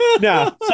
No